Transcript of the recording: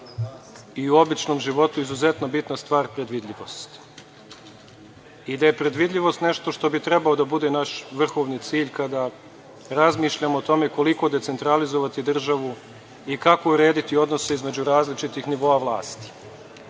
i u običnom životu izuzetno bitna stvar predvidljivost i da je predvidljivost nešto što bi trebao da bude naš vrhovni cilj kada razmišljam o tome koliko decentralizovati državu i kako urediti odnose između različitih nivoa vlasti. Mi